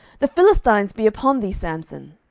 the philistines be upon thee, samson.